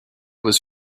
was